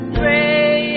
pray